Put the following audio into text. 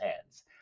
hands